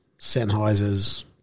Sennheiser's